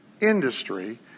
industry